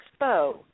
Expo